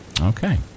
Okay